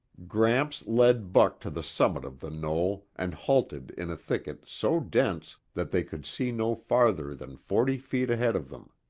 gramps led bud to the summit of the knoll and halted in a thicket so dense that they could see no farther than forty feet ahead of them.